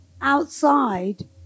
outside